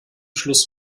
schluss